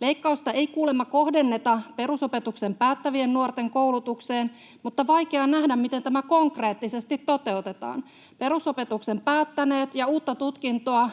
Leikkausta ei kuulemma kohdenneta perusopetuksen päättävien nuorten koulutukseen, mutta on vaikea nähdä, miten tämä konkreettisesti toteutetaan. Perusopetuksen päättäneet ja uutta tutkintoa